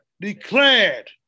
Declared